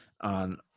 on